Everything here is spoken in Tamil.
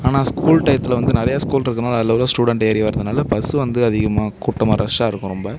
ஆனால் ஸ்கூல் டையத்தில் வந்து நிறையா ஸ்கூல்ருக்கனால அதில் உள்ள ஸ்டூடெண்ட் ஏறி வர்றதுனால பஸ்ஸு வந்து அதிகமாக கூட்டமாக ரஷ்ஷாக இருக்கும் ரொம்ப